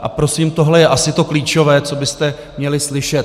A prosím, tohle je asi to klíčové, co byste měli slyšet.